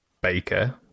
Baker